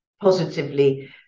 positively